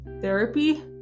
therapy